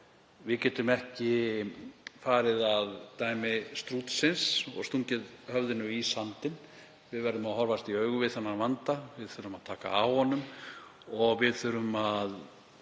Við getum ekki farið að dæmi strútsins og stungið höfðinu í sandinn. Við verðum að horfast í augu við þennan vanda, við þurfum að taka á honum og við þurfum að